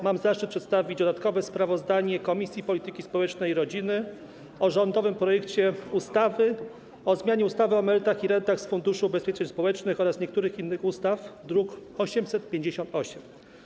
Mam zaszczyt przedstawić dodatkowe sprawozdanie Komisji Polityki Społecznej i Rodziny o rządowym projekcie ustawy o zmianie ustawy o emeryturach i rentach z Funduszu Ubezpieczeń Społecznych oraz niektórych innych ustaw, druk nr 858.